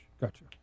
Gotcha